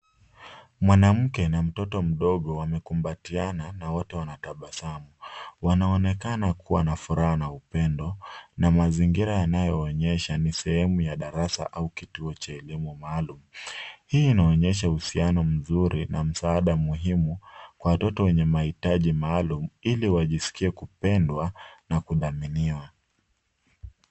Mwanamke na mtoto mdogo wamekumbatiana na wote wanatabasamu, wanaonekana kuwa na furaha na upendo na mazingira yanayoonyesha ni sehemu ya darasa au kituo cha elimu maalum, hii inaonyesha uhusiano mzuri na msaada muhimu kwa watoto wenye mahitaji maalum ili wajiskie kupendwa na kudhaminiwa.